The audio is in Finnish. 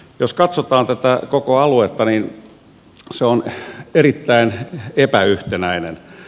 jos katsotaan tätä koko aluetta niin se on erittäin epäyhtenäinen